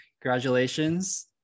congratulations